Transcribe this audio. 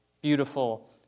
beautiful